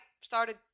started